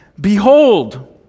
behold